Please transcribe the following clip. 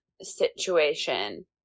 situation